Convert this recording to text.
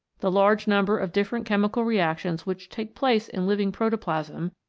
the large number of different chemical reactions which take place in living protoplasm,